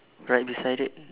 right beside it